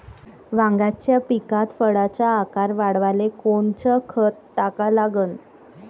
वांग्याच्या पिकात फळाचा आकार वाढवाले कोनचं खत टाका लागन?